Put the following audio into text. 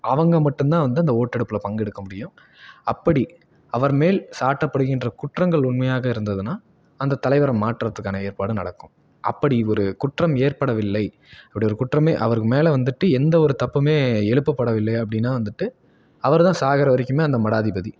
அவங்க மட்டும்தான் வந்து அந்த ஓட்டெடுப்பில் பங்கு எடுக்க முடியும் அப்படி அவர் மேல் சாட்டப்படுகின்ற குற்றங்கள் உண்மையாக இருந்ததுன்னால் அந்த தலைவரை மாற்றத்துக்கான ஏற்பாடும் நடக்கும் அப்படி ஒரு குற்றம் ஏற்படவில்லை அப்படி ஒரு குற்றமே அவர் மேலே வந்துட்டு எந்த ஒரு தப்புமே எழுப்பப்படவில்லை அப்படின்னா வந்துட்டு அவர்தான் சாகிற வரைக்குமே அந்த மடாதிபதி